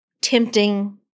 tempting